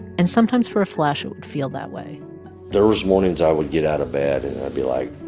and sometimes for a flash, it would feel that way there was mornings i would get out of bed and i'd be like,